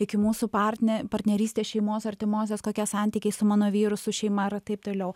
iki mūsų partne partnerystės šeimos artimosios kokie santykiai su mano vyru su šeima ar taip toliau